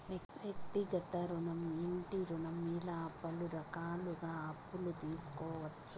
వ్యక్తిగత రుణం ఇంటి రుణం ఇలా పలు రకాలుగా అప్పులు తీసుకోవచ్చు